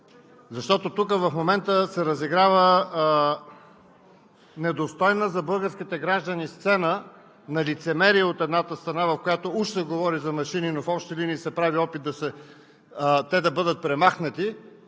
Защото тук в момента се разиграва недостойна за българските граждани сцена на лицемерие от едната страна, в която уж се говори за машини, но в общи линии се прави опит те да бъдат премахнати.